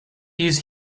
use